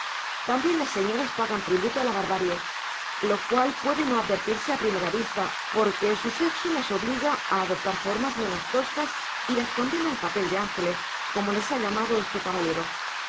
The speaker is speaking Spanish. también las señoras pagan tributo a la barbarie lo cual puede no advertirse a primera vista porque su sexo las obliga a adoptar formas menos toscas y las condena al papel de ángeles como les ha llamado este caballero